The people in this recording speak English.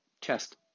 chest